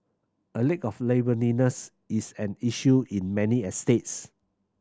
a lack of neighbourliness is an issue in many estates